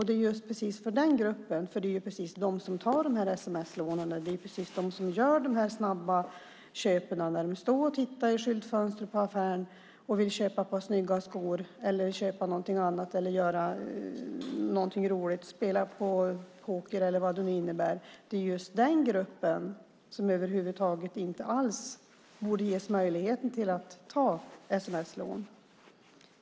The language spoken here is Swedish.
Det är just precis den gruppen som tar sms-lån och gör snabba köp när de står framför affärernas skyltfönster och vill köpa ett par snygga skor eller något annat eller göra något roligt som att spela poker. Den gruppen borde över huvud taget inte alls ges möjlighet att ta sms-lån.